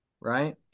right